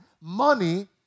money